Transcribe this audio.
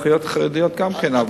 אחיות חרדיות גם כן.